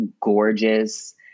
gorgeous